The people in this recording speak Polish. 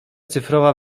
cyfrowa